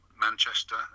Manchester